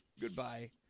goodbye